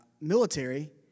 military